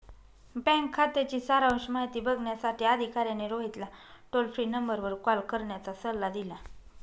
bank खात्याची सारांश माहिती बघण्यासाठी अधिकाऱ्याने रोहितला टोल फ्री नंबरवर कॉल करण्याचा सल्ला दिला